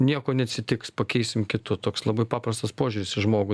nieko neatsitiks pakeisim kitu toks labai paprastas požiūris į žmogų